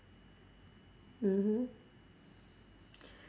mmhmm